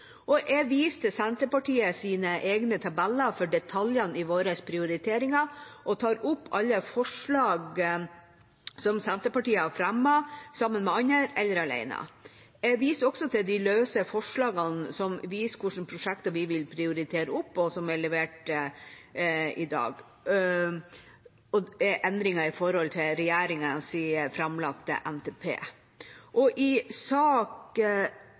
Jeg viser til Senterpartiets egne tabeller for detaljene i våre prioriteringer og tar opp alle forslag som Senterpartiet har fremmet, sammen med andre eller alene. Jeg viser også til de løse forslagene som viser hvilke prosjekter vi vil prioritere opp, og som er levert i dag – endringer i forhold til regjeringas framlagte NTP. I sak